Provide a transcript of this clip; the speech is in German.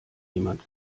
jemand